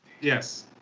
Yes